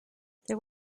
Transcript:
there